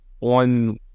on